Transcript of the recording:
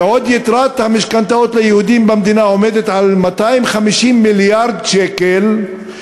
בעוד יתרת המשכנתאות ליהודים במדינה עומדת על 250 מיליארד שקל,